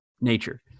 nature